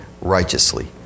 righteously